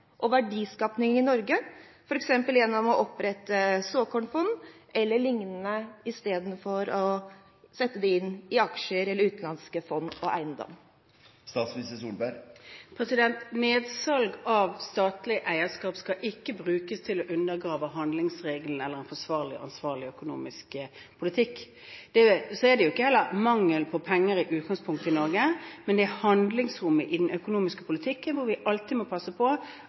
og verdiskaping i Norge, f.eks. gjennom å opprette såkornfond e.l., istedenfor å sette dem inn i aksjer eller utenlandske fond og eiendom? Nedsalg av statlig eierskap skal ikke brukes til å undergrave handlingsregelen eller en ansvarlig økonomisk politikk. Så er det i utgangspunktet ikke mangel på penger i Norge, men med det handlingsrommet vi har i den økonomiske politikken, må vi alltid passe på